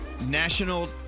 National